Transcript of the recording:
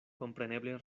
kompreneble